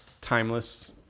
timeless